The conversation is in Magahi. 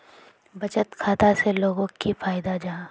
बचत खाता से लोगोक की फायदा जाहा?